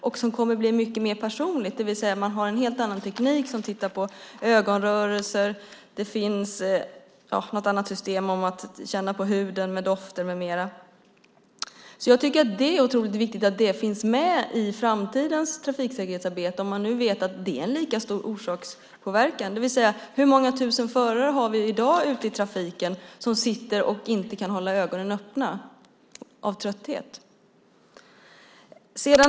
Det kommer att bli mer personligt, det vill säga man har en helt annan teknik som tittar på ögonrörelser, känner på huden, dofter med mera. Jag tycker att det är otroligt viktigt att det finns med i framtidens trafiksäkerhetsarbete, om man nu vet att det har lika stor påverkan, det vill säga: Hur många tusen förare är det som ute i trafiken i dag sitter och inte kan hålla ögonen öppna av trötthet?